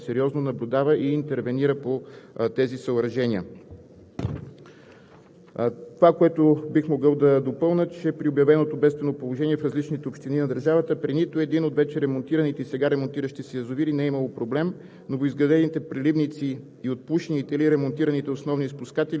съвсем различно и за първи път от 30 години държавата сериозно наблюдава и интервенира по тези съоръжения. Това, което бих могъл да допълня, е, че при обявеното бедствено положение в различните общини на държавата при нито един от вече ремонтираните и сега ремонтиращи се язовири не е имало проблем.